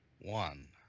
one